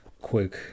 quick